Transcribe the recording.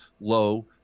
low